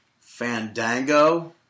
Fandango